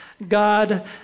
God